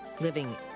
Living